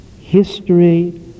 history